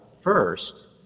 first